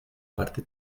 parte